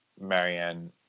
Marianne